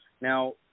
Now